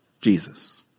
Jesus